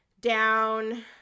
down